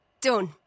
Done